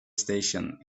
station